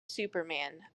superman